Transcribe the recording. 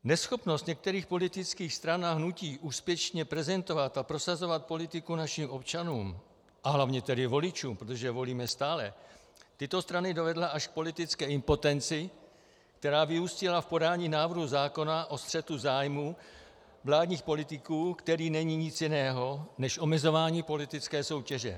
Neschopnost některých politických stran a hnutí úspěšně prezentovat a prosazovat politiku našim občanům, a hlavně tedy voličům, protože volíme stále, tyto strany dovedla až k politické impotenci, která vyústila v podání návrhu zákona o střetu zájmů vládních politiků, který není nic jiného než omezování politické soutěže.